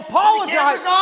Apologize